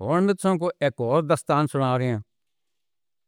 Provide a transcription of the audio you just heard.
ورن سم کو ایک اور دستان سنا دے۔